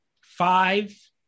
five